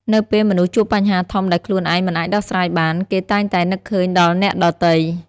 នៅពេលមនុស្សជួបបញ្ហាធំដែលខ្លួនឯងមិនអាចដោះស្រាយបាន គេតែងតែនឹកឃើញដល់អ្នកដទៃ។